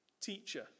Teacher